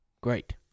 great